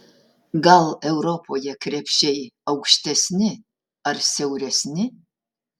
gal europoje krepšiai aukštesni ar siauresni